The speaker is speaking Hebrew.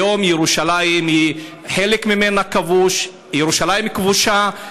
היום ירושלים, חלק ממנה כבוש, ירושלים כבושה.